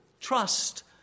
Trust